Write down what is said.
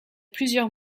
plusieurs